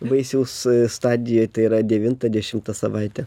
vaisiaus stadijoj tai yra devintą dešimtą savaitę